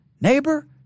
neighbor